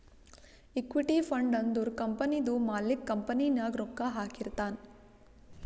equity fund ಅಂದುರ್ ಕಂಪನಿದು ಮಾಲಿಕ್ಕ್ ಕಂಪನಿ ನಾಗ್ ರೊಕ್ಕಾ ಹಾಕಿರ್ತಾನ್